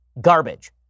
Garbage